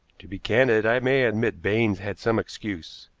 to be candid, i may admit baines had some excuse.